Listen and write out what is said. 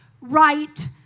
right